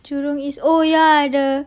jurong east oh ya the